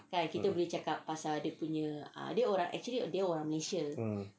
ah mmhmm